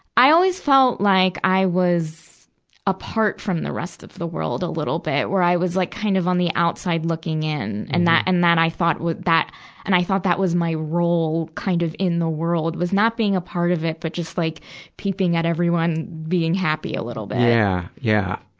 i always felt like i was apart from the rest of the world a little bit, where i was, like, kind of on the outside looking in. and that, and that i thought, and i thought that was my role, kind of, in the world, was not being a part of it, but just like peeping at everyone being happy, a little bit. yeah. yeah.